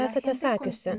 esate sakiusi